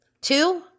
Two